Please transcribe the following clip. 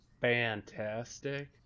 fantastic